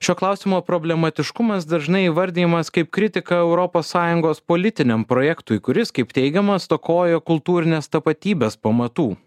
šio klausimo problematiškumas dažnai įvardijamas kaip kritika europos sąjungos politiniam projektui kuris kaip teigiama stokoja kultūrinės tapatybės pamatų